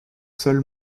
sol